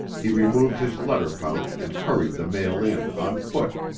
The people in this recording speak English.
he removed his letter pouch and hurried the mail in on foot,